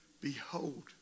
Behold